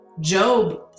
Job